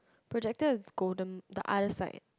projector is golden the other side